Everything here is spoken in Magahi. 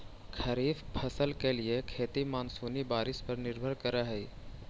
खरीफ फसल के लिए खेती मानसूनी बारिश पर निर्भर करअ हई